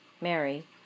Mary